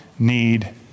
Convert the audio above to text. need